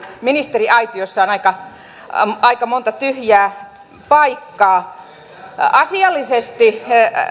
ministeriaitiossa on aika aika monta tyhjää paikkaa asiallisesti